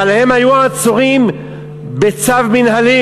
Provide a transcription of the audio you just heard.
אבל הם היו עצורים בצו מינהלי,